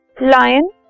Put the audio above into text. lion